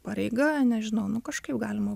pareiga nežinau nu kažkaip galima